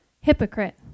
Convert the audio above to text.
Hypocrite